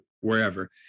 wherever